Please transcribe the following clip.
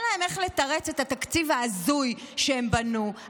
להם איך לתרץ את התקציב ההזוי שהם בנו,